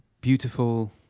beautiful